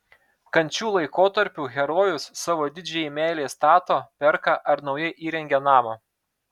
kančių laikotarpiu herojus savo didžiajai meilei stato perka ar naujai įrengia namą